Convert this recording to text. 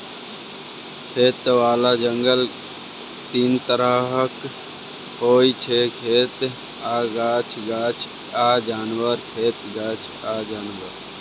खेतबला जंगल तीन तरहक होइ छै खेत आ गाछ, गाछ आ जानबर, खेत गाछ आ जानबर